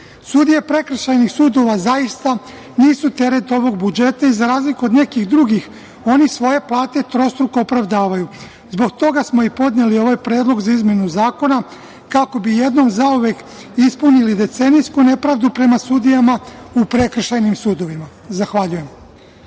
Sudije prekršajnih sudova zaista nisu teret ovog budžeta i, za razliku od nekih drugih, oni svoje plate trostruko opravdavaju. Zbog toga smo i podneli ovaj predlog za izmenu zakona, kako bi jednom zauvek ispuni decenijsku nepravdu prema sudijama u prekršajnim sudovima. Zahvaljujem.